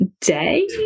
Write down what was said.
day